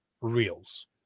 reels